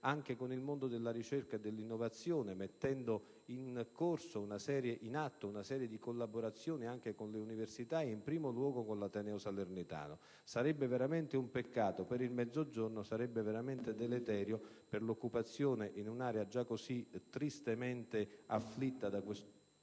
anche con il mondo della ricerca e dell'innovazione, mettendo in atto una serie di collaborazioni anche con le università, in primo luogo con l'ateneo salernitano. Sarebbe veramente un peccato per il Mezzogiorno e sarebbe davvero deleterio per un'area già così tristemente afflitta dal